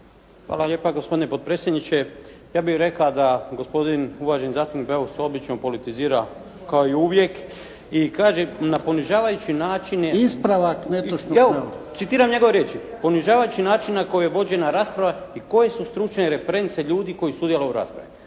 Hvala lijepa gospodine potpredsjedniče. Ja bih rekao da gospodin zastupnik Beus obično politizira kao i uvijek i kaže na ponižavajući način. **Jarnjak, Ivan (HDZ)** Ispravak netočnog navoda. **Strikić, Nedjeljko (HDZ)** Citiram njegove riječ, ponižavajući način na koji je vođena rasprava i koje su stručne reference ljudi koji sudjeluju u raspravi.